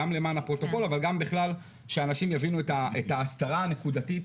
גם למען הפרוטוקול אבל גם בכלל שהאנשים יבינו את ההסתרה הנקודתית,